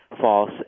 false